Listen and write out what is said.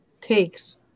takes